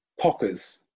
Pockers